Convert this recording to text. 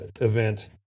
event